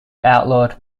outlawed